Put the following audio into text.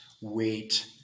wait